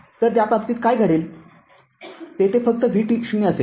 तर त्या बाबतीत काय घडेल तेथे फक्त vt0 असेल